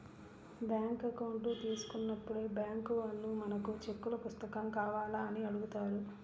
bank account తీసుకున్నప్పుడే bank వాళ్ళు మనకు చెక్కుల పుస్తకం కావాలా అని అడుగుతారు